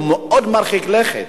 הוא מאוד מרחיק לכת.